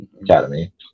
academy